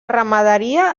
ramaderia